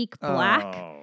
black